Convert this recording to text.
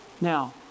Now